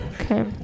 Okay